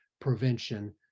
prevention